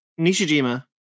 Nishijima